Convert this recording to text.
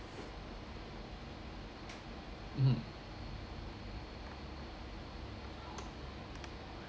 mmhmm